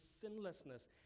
sinlessness